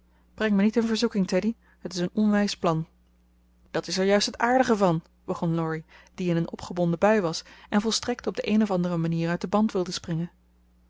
breng me niet in verzoeking teddy het is een onwijs plan dat is er juist het aardige van begon laurie die in een opgewonden bui was en volstrekt op de een of andere manier uit den band wilde springen